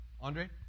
Andre